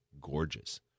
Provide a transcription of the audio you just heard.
gorgeous